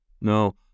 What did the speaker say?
No